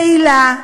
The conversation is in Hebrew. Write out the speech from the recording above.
פעילה,